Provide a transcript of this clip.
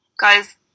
guys